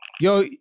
Yo